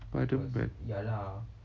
spiderman